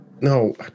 No